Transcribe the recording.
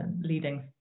leading